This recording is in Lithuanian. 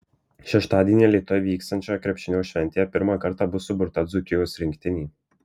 šeštadienį alytuje vyksiančioje krepšinio šventėje pirmą kartą bus suburta dzūkijos rinktinė